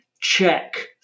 check